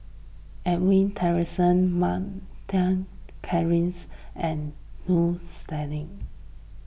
Edwin Tessensohn Mak Lai Peng Christine and Jules Itier